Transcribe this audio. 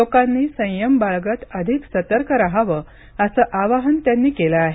लोकांनी संयम बाळगत अधिक सतर्क राहावं असं आवाहन त्यांनी केलं आहे